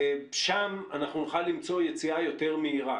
שם אנחנו נוכל למצוא את יציאה יותר מהירה.